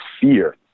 fear